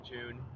June